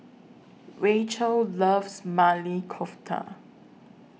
Rachael loves Maili Kofta